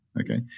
okay